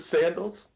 sandals